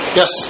yes